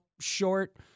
short